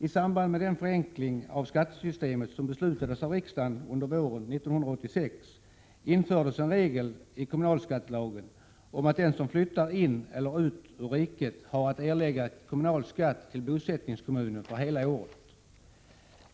I samband med den förenkling av skattesystemet som behandlades av riksdagen under våren 1986 infördes en regel i kommunalskattelagen om att den som flyttar in i eller ut ur riket har att erlägga kommunal skatt till bosättningskommunen för hela året.